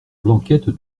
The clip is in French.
blanquette